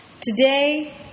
Today